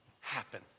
happen